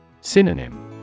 Synonym